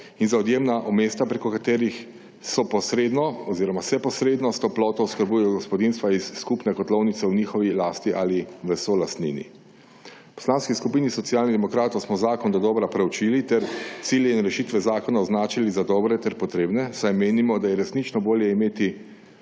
in za odjemna mesta, preko katerih se posredno s toploto oskrbujejo gospodinjstva iz skupne kotlovnice v njihovi lasti ali v solastnini. V Poslanski skupini Socialnih demokratov smo zakon dodobra preučili ter cilje in rešitve zakona označili za dobre ter potrebne, saj menimo, da je resnično bolje imeti